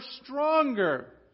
stronger